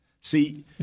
See